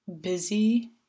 busy